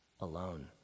alone